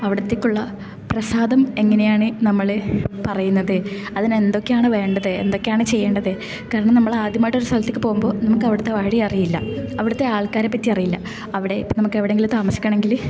അവിടുത്തേക്കുള്ള പ്രസാദം എങ്ങനെയാണ് നമ്മള് പറയുന്നത് അതിനെന്തൊക്കെയാണ് വേണ്ടത് എന്തൊക്കെയാണ് ചെയ്യേണ്ടത് കാരണം നമ്മള് ആദ്യമായിട്ട് ഒരു സ്ഥലത്തേക്ക് പോകുമ്പോൾ നമുക്കവിടുത്തെ വഴി അറിയില്ല അവിടുത്തെ ആൾക്കാരെ പറ്റി അറിയില്ല അവിടെ നമുക്കെവിടെങ്കിലും താമസിക്കണങ്കില്